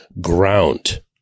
ground